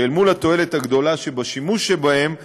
שאל מול התועלת הגדולה שבשימוש בהם נרשמה,